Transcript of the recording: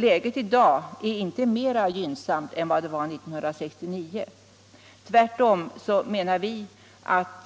Läget i dag är inte mera gynnsamt än vad det var 1969; tvärtom 13 menar vi att